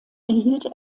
erhielt